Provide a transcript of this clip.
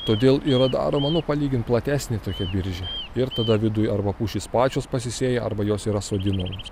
todėl yra daroma nu palygint platesnė tokia biržė ir tada vidui arba pušys pačios pasisėja arba jos yra sodinamos